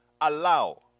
Allow